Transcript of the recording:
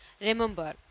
remember